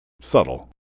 Subtle